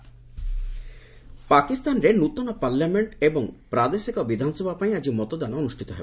Pak polls ପାକିସ୍ତାନରେ ନୂତନ parliament ଏବଂ ପ୍ରାଦେଶିକ ବିଧାନସଭା ପାଇଁ ଆକି ମତଦାନ ଅନୁଷ୍ଠିତ ହେବ